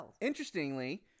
interestingly